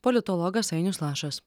politologas ainius lašas